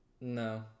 No